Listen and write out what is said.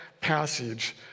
passage